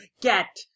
get